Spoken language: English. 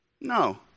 No